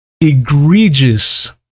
egregious